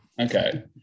okay